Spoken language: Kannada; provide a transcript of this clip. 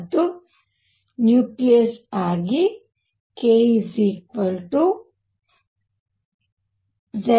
ಮತ್ತು ನ್ಯೂಕ್ಲಿಯಸ್ ಆಗಿ kZe24π0